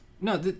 no